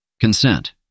Consent